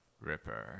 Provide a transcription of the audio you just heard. Ripper